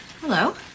Hello